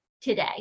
today